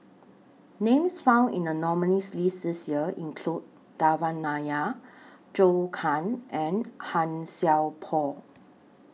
Names found in The nominees' list This Year include Devan Nair Zhou Can and Han Sai Por